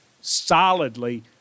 solidly